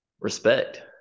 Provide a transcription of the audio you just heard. Respect